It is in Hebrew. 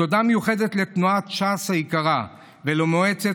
תודה מיוחדת לתנועת ש"ס היקרה ולמועצת